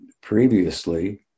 previously